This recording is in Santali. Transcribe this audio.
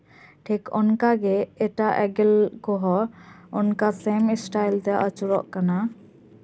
ᱴᱷᱤᱠ ᱚᱱᱠᱟᱜᱮ ᱮᱴᱟᱜ ᱮᱸᱜᱮᱞ ᱠᱚᱦᱚᱸ ᱚᱱᱠᱟ ᱥᱮᱢ ᱤᱥᱴᱟᱭᱤᱞ ᱛᱮ ᱟᱹᱪᱩᱨᱚᱜ ᱠᱟᱱᱟ